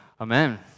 amen